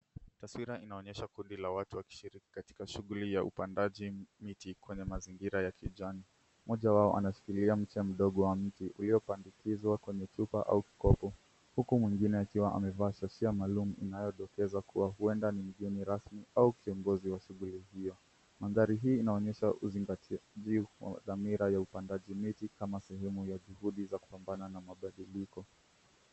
Taswira inaonyesha kundi la watu wakishiriki katika shughuli ya upandaji miti kwenye mazingira ya kijani. Moja wao anashikilia mcha mdogo wa mti ulio pandikizwa kwenye chupa au kovu huku mwingine akiwa ame valia kofia maalum inayodokezwa kuwa huenda ni mgeni rasmi au kiongozi wa shughuli hio. Mandhari hii inaonyesha uzingatiaji za milaa za upandaji miti kama juhudi za kupambana na mabadiliko.